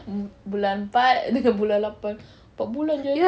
em~ bulan empat dengan bulan lapan empat bulan jer lagi